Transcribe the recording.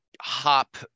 hop